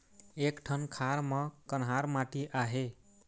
एक ठन खार म कन्हार माटी आहे?